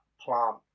plant